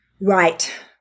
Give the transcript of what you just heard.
Right